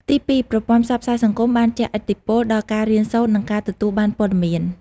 ទីពីរ ប្រព័ន្ធផ្សព្វផ្សាយសង្គមបានជះឥទ្ធិពលដល់ការរៀនសូត្រ និងការទទួលបានព័ត៌មាន។